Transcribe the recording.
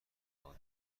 حال